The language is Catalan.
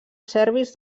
serbis